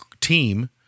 team